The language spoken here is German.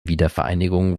wiedervereinigung